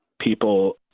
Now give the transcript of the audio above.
people